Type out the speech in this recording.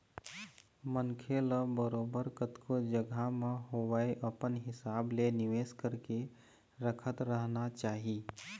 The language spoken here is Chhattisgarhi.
मनखे ल बरोबर कतको जघा म होवय अपन हिसाब ले निवेश करके रखत रहना चाही